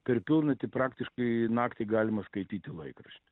per pilnatį praktiškai naktį galima skaityti laikraštį